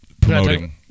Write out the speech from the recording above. promoting